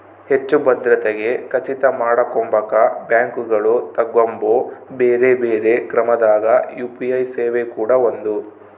ಹೆಚ್ಚು ಭದ್ರತೆಗೆ ಖಚಿತ ಮಾಡಕೊಂಬಕ ಬ್ಯಾಂಕುಗಳು ತಗಂಬೊ ಬ್ಯೆರೆ ಬ್ಯೆರೆ ಕ್ರಮದಾಗ ಯು.ಪಿ.ಐ ಸೇವೆ ಕೂಡ ಒಂದು